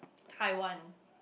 Taiwan